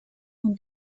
und